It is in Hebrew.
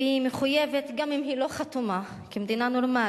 והיא מחויבת, גם אם היא לא חתומה, כמדינה נורמלית,